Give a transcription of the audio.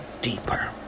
deeper